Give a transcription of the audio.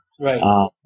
Right